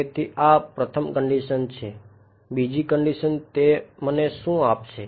તેથી આ પ્રથમ કંડીશન છે બીજી કંડીશન તે મને શું આપશે